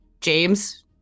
James